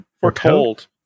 foretold